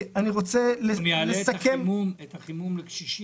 זה יעלה את החימום לקשישים.